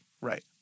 Right